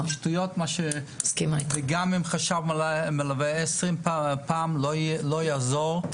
גם עם חשב מלווה, לא יעזור,